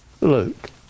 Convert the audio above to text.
Luke